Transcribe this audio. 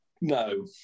No